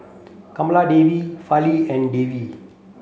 Kamaladevi Fali and Devi